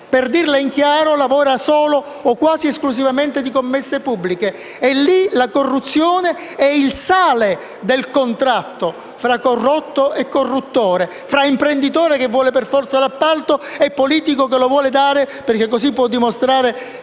economia e società lavora solo, o quasi esclusivamente, di commesse pubbliche, dove la corruzione è il sale del contratto fra corrotto e corruttore, tra imprenditore che vuole per forza l'appalto e politico che lo vuole dare perché così può dimostrare